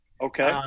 Okay